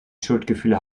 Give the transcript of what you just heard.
schuldgefühle